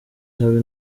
habe